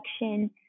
election